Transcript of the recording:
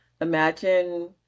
Imagine